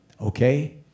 Okay